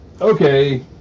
Okay